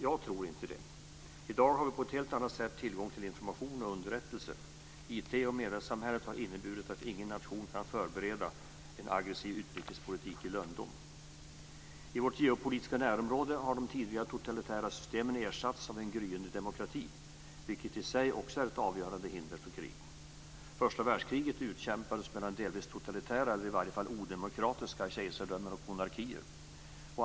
Jag tror inte det. I dag har vi på ett helt annat sätt tillgång till information och underrättelser. IT och mediesamhället har inneburit att ingen nation kan förbereda en aggressiv utrikespolitik i lönndom. I vårt geopolitiska närområde har de tidigare totalitära systemen ersatts av en gryende demokrati, vilket i sig är ett avgörande hinder för krig. Första världskriget utkämpades mellan delvis totalitära, eller i varje fall odemokratiska, kejsardömen och monarkier.